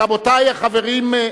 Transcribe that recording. רבותי החברים,